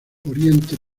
oriente